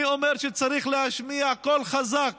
אני אומר שצריך להשמיע קול חזק